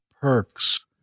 perks